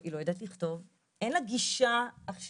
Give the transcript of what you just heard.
היא לא יודעת לכתוב, אין לה גישה עכשיו.